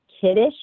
kiddish